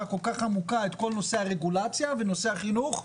כל כך עמוקה את כל נושא הרגולציה ונושא החינוך.